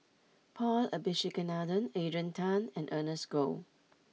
Paul Abisheganaden Adrian Tan and Ernest Goh